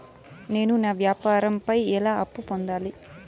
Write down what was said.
నేను నా వ్యాపారం పై ఎలా అప్పు పొందాలి?